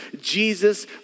Jesus